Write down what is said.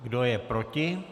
Kdo je proti?